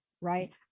right